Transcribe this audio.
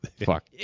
Fuck